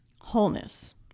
Wholeness